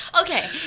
Okay